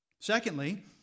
Secondly